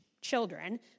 children